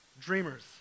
dreamers